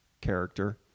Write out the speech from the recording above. character